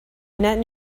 net